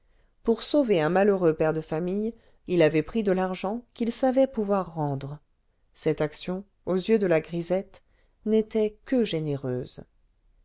pour sauver un malheureux père de famille il avait pris de l'argent qu'il savait pouvoir rendre cette action aux yeux de la grisette n'était que généreuse